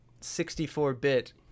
64-bit